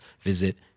visit